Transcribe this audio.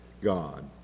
God